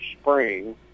Spring